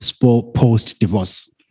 post-divorce